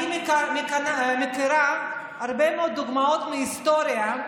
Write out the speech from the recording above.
אני מכירה הרבה מאוד דוגמאות מההיסטוריה,